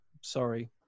sorry